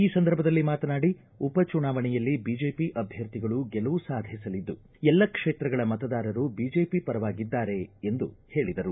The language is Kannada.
ಈ ಸಂದರ್ಭದಲ್ಲಿ ಮಾತನಾಡಿ ಉಪಚುನಾವಣೆಯಲ್ಲಿ ಬಿಜೆಪಿ ಅಭ್ವರ್ಥಿಗಳು ಗೆಲುವು ಸಾಧಿಸಲಿದ್ದು ಎಲ್ಲ ಕ್ಷೇತ್ರಗಳ ಮತದಾರರು ಬಿಜೆಪಿ ಪರವಾಗಿದ್ದಾರೆ ಎಂದು ಹೇಳಿದರು